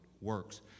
works